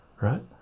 right